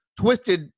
twisted